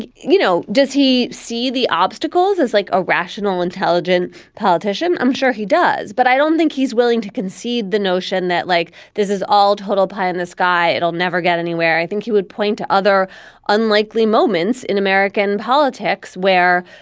you know, does he see the obstacles as, like a rational, intelligent politician? i'm sure he does. but i don't think he's willing to concede the notion that, like, this is all total pie in the sky. it'll never get anywhere. i think he would point to other unlikely moments in american politics where,